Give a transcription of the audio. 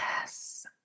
Yes